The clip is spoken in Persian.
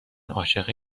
عاشق